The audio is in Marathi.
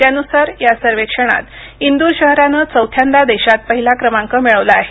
त्यानुसार या सर्वेक्षणात इंदूर शहरानं चवथ्यांदा देशात पहिला क्रमांक मिळवला आहे